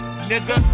Nigga